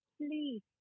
please